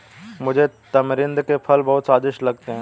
मुझे तमरिंद के फल बहुत स्वादिष्ट लगते हैं